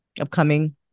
upcoming